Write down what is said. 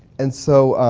and so